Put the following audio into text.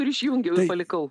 ir išjungiau ir palikau